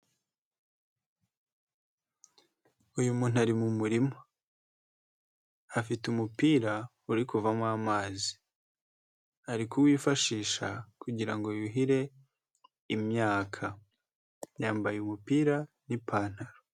Uyu muntu ari mu murima, afite umupira uri kuvamo amazi, ari kuwifashisha kugira ngo yuhire imyaka, yambaye umupira n'ipantaro.